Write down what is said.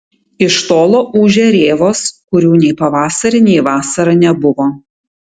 iš tolo ūžia rėvos kurių nei pavasarį nei vasarą nebuvo